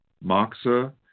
moxa